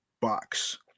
box